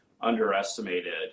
underestimated